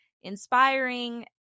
inspiring